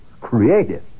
creative